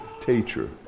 teacher